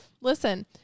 listen